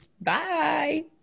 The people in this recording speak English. Bye